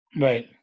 Right